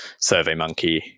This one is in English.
SurveyMonkey